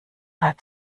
halb